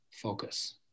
focus